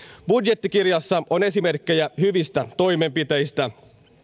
budjettikirjassa on esimerkkejä hyvistä toimenpiteistä